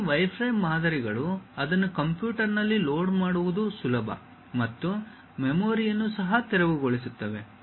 ಈ ವೈರ್ಫ್ರೇಮ್ ಮಾದರಿಗಳು ಅದನ್ನು ಕಂಪ್ಯೂಟರ್ನಲ್ಲಿ ಲೋಡ್ ಮಾಡುವುದು ಸುಲಭ ಮತ್ತು ಮೆಮೊರಿಯನ್ನು ಸಹ ತೆರವುಗೊಳಿಸುತ್ತವೆ